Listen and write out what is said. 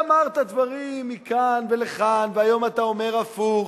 ואמרת דברים מכאן ולכאן והיום אתה אומר הפוך.